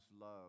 love